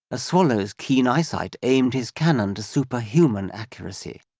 a swallow's keen eyesight aimed his cannon to superhuman accuracy.